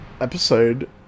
episode